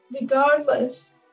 regardless